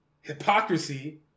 hypocrisy